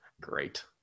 Great